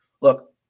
look